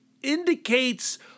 indicates